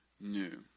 new